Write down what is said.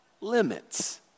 limits